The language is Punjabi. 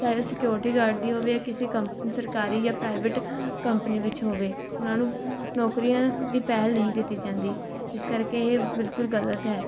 ਚਾਹੇ ਉਹ ਸਿਕਓਰਟੀ ਗਾਰਡ ਦੀ ਹੋਵੇ ਜਾਂ ਕਿਸੇ ਕੰਪ ਸਰਕਾਰੀ ਜਾਂ ਪ੍ਰਾਈਵੇਟ ਕੰਪਨੀ ਵਿੱਚ ਹੋਵੇ ਉਹਨਾਂ ਨੂੰ ਨੌਕਰੀਆਂ ਦੀ ਪਹਿਲ ਨਹੀਂ ਦਿੱਤੀ ਜਾਂਦੀ ਇਸ ਕਰਕੇ ਇਹ ਬਿਲਕੁਲ ਗਲਤ ਹੈ